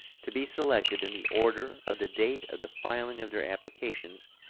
to be selected in the order of the date of the filing of their applications,